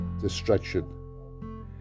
destruction